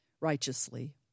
righteously